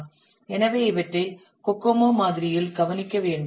எனவே இவற்றை கோகோமோ மாதிரியில் கவனிக்க வேண்டும்